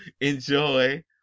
enjoy